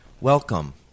Welcome